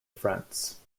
france